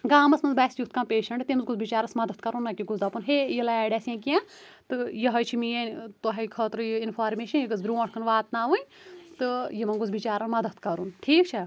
گامَس منٛز باسہِ یُتھ کانٛہہ پیشٮ۪نٛٹ تٔمِس گوٚژھ بِچارَس مَدتھ کَرُن نہ کہِ گوٚژھ دَپُن ہے یہِ لارِ اَسۍ یا کیٚنٛہہ تہِ یِہےٕ چھِ میٲنۍ تۄہہِ خٲطرٕ یہِ اِنفارمیشٮ۪ن یہِ گٕژھ برٛنٛٹھ کُن واتناوٕنۍ تہٕ یِمن گوٚژھ بِچارَن مَدد کَرٕنۍ ٹھیٖک چھا